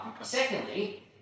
Secondly